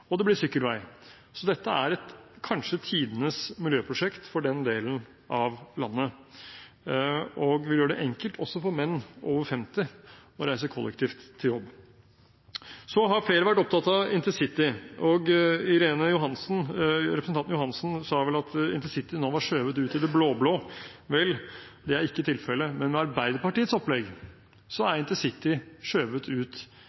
og det blir sykkelvei. Så dette er kanskje tidenes miljøprosjekt for den delen av landet. Vi gjør det enkelt også for menn over 50 år å reise kollektivt til jobb. Flere har vært opptatt av intercity. Representanten Irene Johansen sa vel at intercity var skjøvet ut i det blå-blå. Det er ikke tilfellet. Men med Arbeiderpartiets opplegg er intercity skjøvet ut